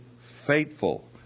faithful